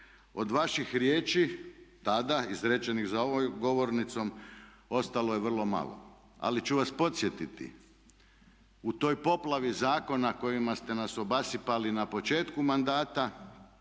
Od vaših riječi tada, izrečenih za ovom govornicom ostalo je vrlo malo. Ali ću vas podsjetiti u toj poplavi zakona kojima ste nas obasipali na početku mandata